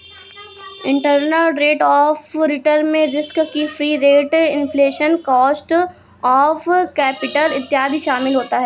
internal rate of return में risk free rate, inflation, cost of capital इत्यादि शामिल होता है